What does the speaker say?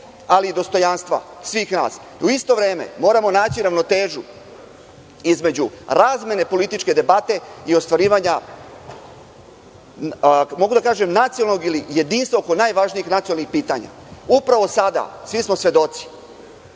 ali i dostojanstva svih nas. U isto vreme, moramo naći ravnotežu između razmene političke debate i ostvarivanja jedinstva oko najvažnijih nacionalnih pitanja. Upravo sada svi smo svedoci,